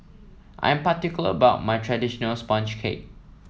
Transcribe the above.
I'm particular about my traditional sponge cake